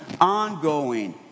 ongoing